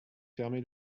fermé